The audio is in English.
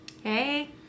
Hey